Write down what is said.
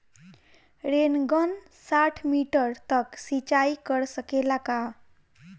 Rain gun साठ metre तक सिचाई कर सकेला का?